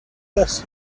does